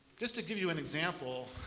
just to give you an example,